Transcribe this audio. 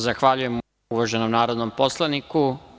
Zahvaljujem, uvaženom narodnom poslaniku.